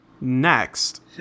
next